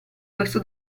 questo